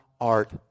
art